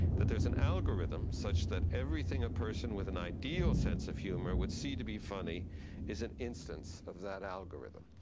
that there's an algorithm, such that everything a person with an ideal sense of humor would see to be funny is an instance of that algorithm.